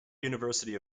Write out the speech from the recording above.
university